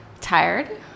tired